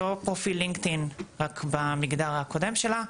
אותו פרופיל אינגטינג רק במגדר הקודם שלה,